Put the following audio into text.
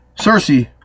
Cersei